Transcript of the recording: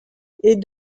est